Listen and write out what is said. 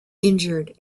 injured